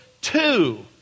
two